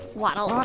waddle,